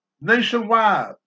nationwide